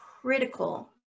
critical